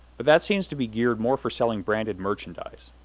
but that seems to be geared more for selling branded merchandise.